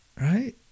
right